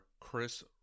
Chris